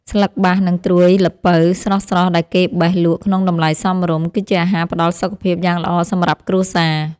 ស្លឹកបាស និងត្រួយល្ពៅស្រស់ៗដែលគេបេះលក់ក្នុងតម្លៃសមរម្យ គឺជាអាហារផ្ដល់សុខភាពយ៉ាងល្អសម្រាប់គ្រួសារ។